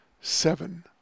seven